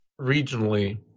regionally